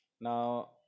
Now